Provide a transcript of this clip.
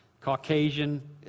Caucasian